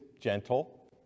gentle